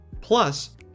Plus